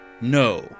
No